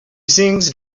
sings